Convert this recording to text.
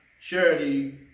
Charity